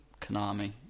Konami